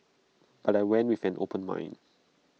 but I went with an open mind